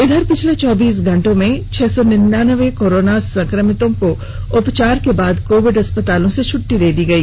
इधर पिछले चौबीस घंटे में छह सौ निन्यान्बे कोरोना संक्रमितों को उपचार के बाद कोविड अस्पतालों से छट्टी दे दी गई